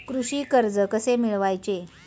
कृषी कर्ज कसे मिळवायचे?